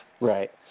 Right